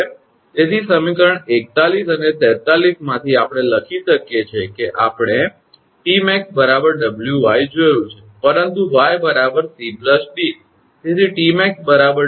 તેથી સમીકરણ 41 અને 43 માંથી આપણે લખી શકીએ છીએ કે આપણે 𝑇𝑚𝑎𝑥 𝑊𝑦 જોયું છે પરંતુ 𝑦 𝑐 𝑑